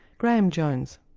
graeme jones.